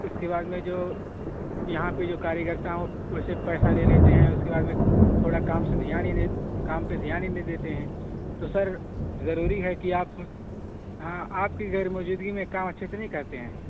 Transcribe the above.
اس کے بعد میں جو یہاں پہ جو کاریہ کرتا ہیں وہ ویسے پیسہ لے لیتے ہیں اس کے بعد میں تھوڑا کام سے دھیان ہی نہیں کام پہ دھیان ہی نہیں دیتے ہیں تو سر ضروری ہے کہ آپ ہاں آپ کی غیرموجودگی میں کام اچھے سے نہیں کرتے ہیں